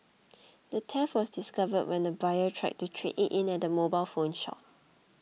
the theft was discovered when the buyer tried to trade it in at a mobile phone shop